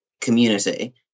community